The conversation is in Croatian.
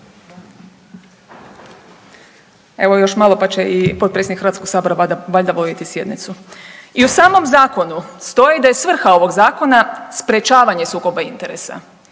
Evo još malo pa će potpredsjednik HS-a valjda voditi sjednicu. I u samom zakonu stoji da je svrha ovog zakona sprječavanje sukoba interesa